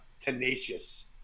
tenacious